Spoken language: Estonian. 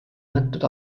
antud